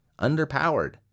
underpowered